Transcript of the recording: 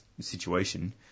situation